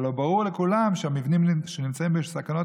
אבל ברור לכולם שהמבנים שנמצאים בסכנת